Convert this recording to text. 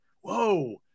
whoa